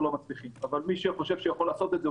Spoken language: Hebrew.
לא מצליחים אבל מי שחושב שהוא יכול לעשות את זה,